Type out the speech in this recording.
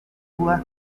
tua